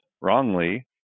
wrongly